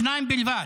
שניים בלבד.